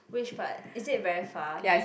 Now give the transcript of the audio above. which part is it very far